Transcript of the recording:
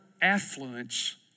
affluence